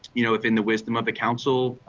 you know if in the wisdom of the council,